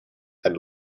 had